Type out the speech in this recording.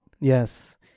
Yes